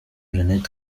jeannette